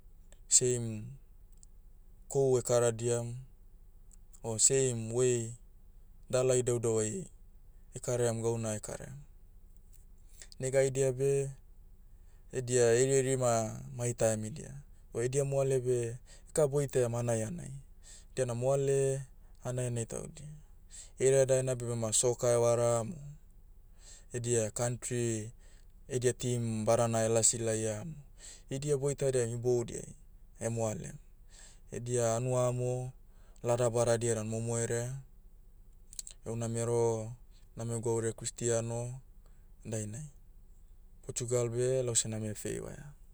Same, kohu ekaradiam, o same way, dala idaudau ai, ekaraiam gauna ekara. Nega haidia beh, edia eirieiri ma, mai taimidia. O edia moale beh, eka boitaiam hanai hanai. Diana moale, hanai hanai taudia. Hereadaena beh bema soccer evaram o, edia kantri, edia team badana elasi laiam. Idia boitadiam iboudiai, moalem. Edia hanua amo, lada badadia dan momo herea. Heuna mero, name gwaurai kristiano, dainai, portugal beh, lause name feivaia.